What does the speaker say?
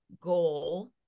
goal